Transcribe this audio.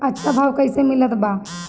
अच्छा भाव कैसे मिलत बा?